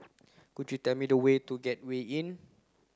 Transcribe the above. could you tell me the way to Gateway Inn